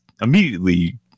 immediately